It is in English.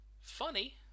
funny